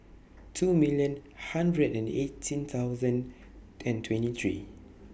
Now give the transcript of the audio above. two million hundred and eighteen thousand and twenty three